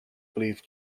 believe